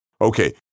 Okay